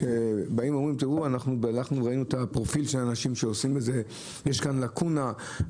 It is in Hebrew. שאומרים: ראינו את הפרופיל של אנשים שעושים את זה ויש כאן לקונה?